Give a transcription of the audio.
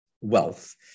wealth